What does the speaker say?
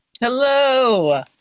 Hello